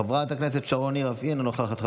חברת הכנסת שרון ניר אף היא אינה נוכחת.